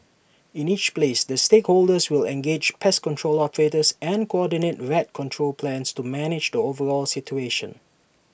in each place the stakeholders will engage pest control operators and coordinate rat control plans to manage the overall situation